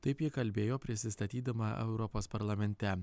taip ji kalbėjo prisistatydama europos parlamente